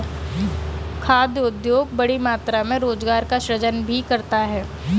खाद्य उद्योग बड़ी मात्रा में रोजगार का सृजन भी करता है